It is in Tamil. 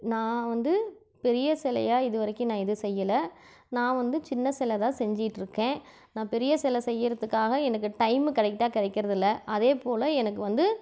நான் வந்து பெரிய சிலையா இதுவரைக்கும் நான் எதுவும் செய்யலை நான் வந்து சின்ன சிலை தான் செஞ்சிட்டுருக்கேன் நான் பெரிய சிலை செய்கிறதுக்காக எனக்கு டைம்மு கரெக்டாக கிடைக்கறதில்ல அதே போல் எனக்கு வந்து